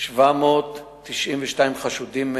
כנגד 792 חשודים,